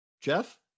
Jeff